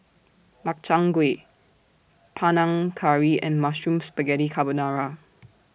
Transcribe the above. Makchang Gui Panang Curry and Mushroom Spaghetti Carbonara